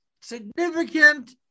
significant